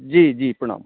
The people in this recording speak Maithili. जी जी प्रणाम